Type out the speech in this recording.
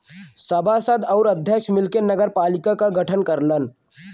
सभासद आउर अध्यक्ष मिलके नगरपालिका क गठन करलन